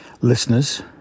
listeners